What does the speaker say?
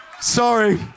Sorry